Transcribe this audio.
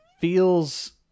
feels